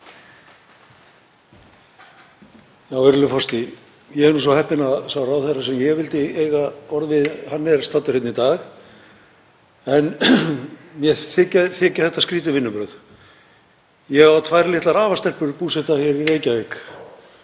Virðulegur forseti. Ég er nú svo heppinn að sá ráðherra sem ég vildi eiga orð við er staddur hérna í dag, en mér þykja þetta skrýtin vinnubrögð. Ég á tvær litlar afastelpur búsettar í Reykjavík